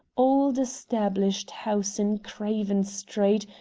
old-established house in craven street,